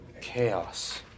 Chaos